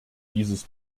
dieses